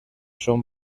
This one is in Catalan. són